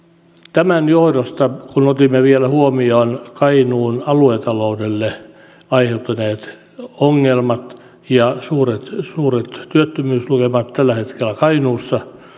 tämän johdosta kun otimme vielä huomioon kainuun aluetaloudelle aiheutuneet ongelmat ja suuret suuret työttömyyslukemat tällä hetkellä kainuussa